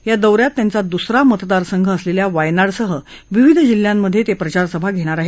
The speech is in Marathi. या दौ यात त्यांचा दुसरा मतदारसंघ असलेल्या वायनाडसह विविध जिल्ह्यांमधे ते प्रचारसभा घेणार आहेत